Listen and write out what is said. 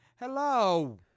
Hello